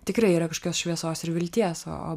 tikrai yra kažkokios šviesos ir vilties o